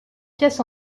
pièces